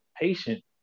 patient